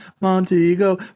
Montego